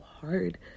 hard